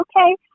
okay